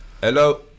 Hello